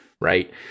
right